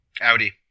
Audi